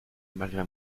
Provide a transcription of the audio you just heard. malgré